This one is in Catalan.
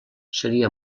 seria